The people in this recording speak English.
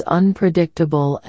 unpredictable